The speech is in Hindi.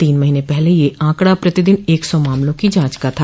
तीन महीने पहले यह आंकड़ा प्रतिदिन एक सौ मामलों की जांच का था